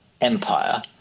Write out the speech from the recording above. empire